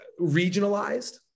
regionalized